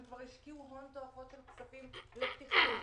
הם כבר השקיעו הון תועפות של כספים לפתיחה מחדש,